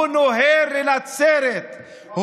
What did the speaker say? הוא נוהר לנצרת,